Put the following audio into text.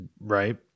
right